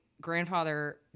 grandfather